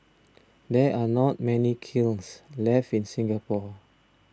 there are not many kilns left in Singapore